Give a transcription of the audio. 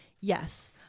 Yes